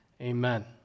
Amen